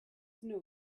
know